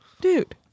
dude